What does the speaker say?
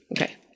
Okay